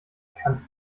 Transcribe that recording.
kannst